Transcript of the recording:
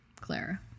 Clara